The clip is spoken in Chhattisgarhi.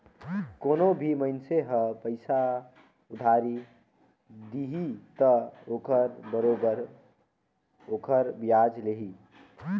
कोनो भी मइनसे ह पइसा उधारी दिही त ओखर बरोबर ओखर बियाज लेही